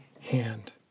hand